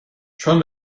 چون